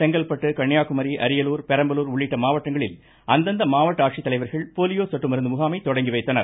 செங்கல்பட்டு கன்னியாகுமரி அரியலூர் பெரம்பலூர் உள்ளிட்ட மாவட்டங்களில் அந்தந்த மாவட்ட ஆட்சித்தலைவர்கள் போலியோ சொட்டு மருந்து முகாமை தொடங்கி வைத்தனர்